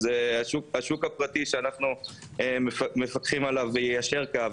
אז השוק הפרטי שאנו מפקחים עליו יישר קו,